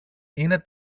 είναι